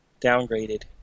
downgraded